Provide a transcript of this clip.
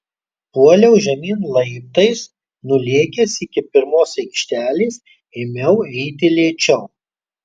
puoliau žemyn laiptais nulėkęs iki pirmos aikštelės ėmiau eiti lėčiau